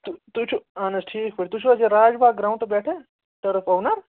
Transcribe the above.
تُہ تُہۍ چھُو اہَن حظ ٹھیٖک پٲٹھۍ تُہۍ چھُو حظ یہِ راج باغ گرٛاونٛڈٕ پیٚٹھٕ ٹٕرٕپ اونَر